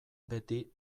beti